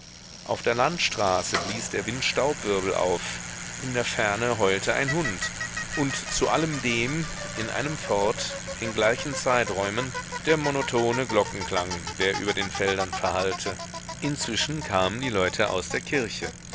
auf der landstraße blies der wind staubwirbel auf in der ferne heulte ein hund und zu allem dem in einem fort in gleichen zeiträumen der monotone glockenklang der über den feldern verhallte inzwischen kamen die leute aus der kirche